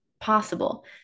possible